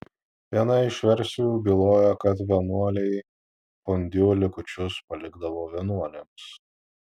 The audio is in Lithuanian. viena iš versijų byloja kad vienuoliai fondiu likučius palikdavo vienuolėms